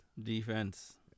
defense